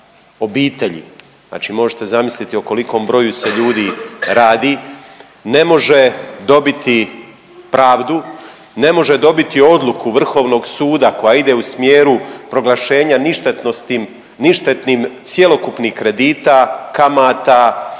obitelji znači možete zamisliti o kolikom broju se ljudi radi ne može dobiti pravdu, ne može dobiti odluku Vrhovnog suda koja ide u smjeru proglašenja ništetnosti ništetnim cjelokupnih kredita, kamata,